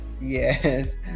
Yes